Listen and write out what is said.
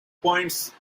points